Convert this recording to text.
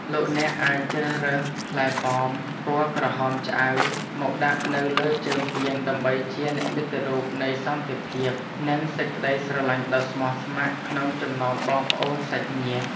លោកអ្នកអាចជ្រើសរើសផ្លែប៉ោមពណ៌ក្រហមឆ្អៅមកដាក់នៅលើជើងពានដើម្បីជានិមិត្តរូបនៃសន្តិភាព និង សេចក្តីស្រឡាញ់ដ៏ស្មោះស្ម័គ្រក្នុងចំណោមបងប្អូនសាច់ញាតិ។